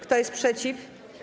Kto jest przeciw?